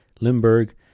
limburg